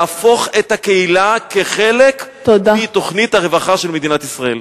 להפוך את הקהילה לחלק מתוכנית הרווחה של מדינת ישראל.